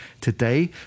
today